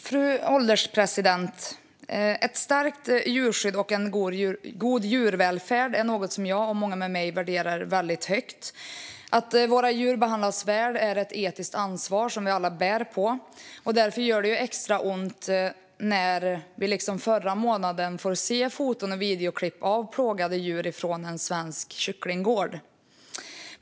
Fru ålderspresident! Ett starkt djurskydd och en god djurvälfärd är något som jag och många med mig värderar högt. Att våra djur behandlas väl är ett etiskt ansvar som vi alla bär på. Därför gör det extra ont när vi, så som hände förra månaden, får se foton och videoklipp av plågade djur från en svensk kycklinggård.